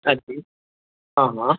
हां जी हां